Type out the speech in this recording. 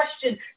question